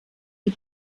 die